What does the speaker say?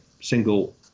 single